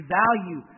value